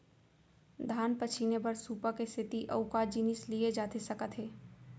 धान पछिने बर सुपा के सेती अऊ का जिनिस लिए जाथे सकत हे?